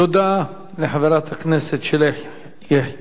תודה לחברת הכנסת שלי יחימוביץ,